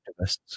activists